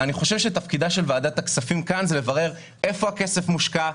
תפקידה של ועדת הכספים לברר איפה הכסף מושקע,